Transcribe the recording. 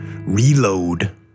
reload